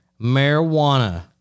marijuana